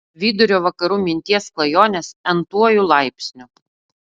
vidurio vakarų minties klajonės n tuoju laipsniu